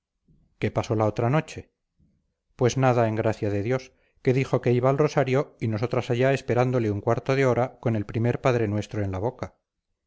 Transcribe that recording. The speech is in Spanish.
qué pasó la otra noche pues nada en gracia de dios que dijo que iba al rosario y nosotras allá esperándole un cuarto de hora con el primer padrenuestro en la boca